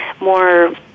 more